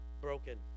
broken